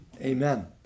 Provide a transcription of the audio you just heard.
Amen